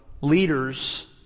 leaders